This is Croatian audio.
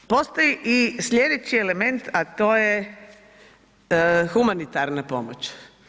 Postoji i sljedeći element a to je humanitarna pomoć.